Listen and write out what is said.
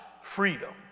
freedom